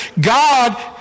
God